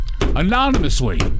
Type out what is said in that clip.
Anonymously